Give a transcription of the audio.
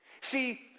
See